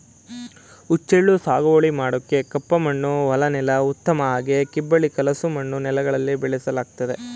ಹುಚ್ಚೆಳ್ಳು ಸಾಗುವಳಿ ಮಾಡೋಕೆ ಕಪ್ಪಮಣ್ಣು ಹೊಲ ನೆಲ ಉತ್ತಮ ಹಾಗೆ ಕಿಬ್ಬಳಿ ಕಲಸು ಮಣ್ಣು ನೆಲಗಳಲ್ಲಿ ಬೆಳೆಸಲಾಗ್ತದೆ